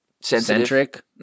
centric